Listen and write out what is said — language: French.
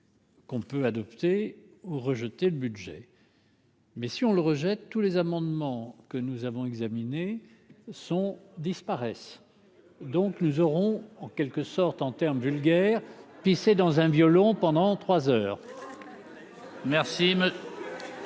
qu'on peut adopter ou rejeter le budget. Mais si on le rejette tous les amendements que nous avons examiné son disparaissent, donc nous aurons en quelque sorte en termes vulgaires pisser dans un violon pendant 3 heures.